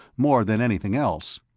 more than anything else.